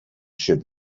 should